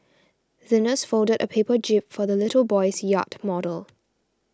the nurse folded a paper jib for the little boy's yacht model